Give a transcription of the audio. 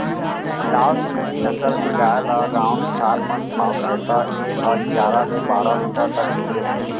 लाल सिंघी नसल के गाय ल गॉँव किसान मन पालथे त ए ह गियारा ले बारा लीटर तक दूद देथे